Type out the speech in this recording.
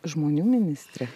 žmonių ministrė